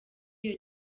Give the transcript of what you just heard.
iyo